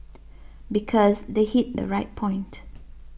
because they hit the right point